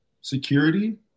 security